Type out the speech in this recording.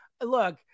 look